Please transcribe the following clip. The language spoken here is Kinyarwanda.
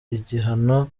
igihano